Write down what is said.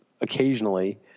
occasionally